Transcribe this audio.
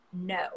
no